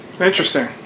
Interesting